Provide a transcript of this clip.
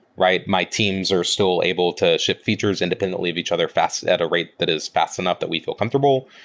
right? my teams are still able to ship features independently of each other at at a rate that is fast enough that we feel comfortable.